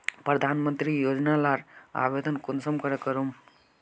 प्रधानमंत्री योजना लार आवेदन कुंसम करे करूम?